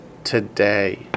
Today